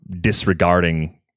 disregarding